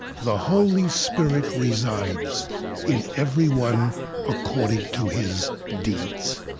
the holy spirit resides in everyone according to his deeds